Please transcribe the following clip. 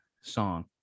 song